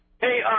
Hey